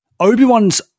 Obi-Wan's